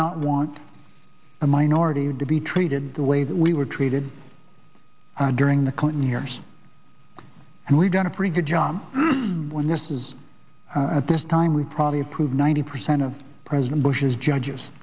not want a minority to be treated the way that we were treated during the clinton years and we've done a pretty good job when this is at this time we probably approve ninety percent of president bush's judge